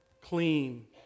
clean